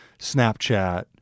Snapchat